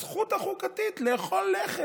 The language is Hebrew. הזכות החוקתית לאכול לחם.